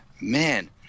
man